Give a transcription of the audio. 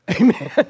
Amen